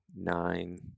nine